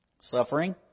suffering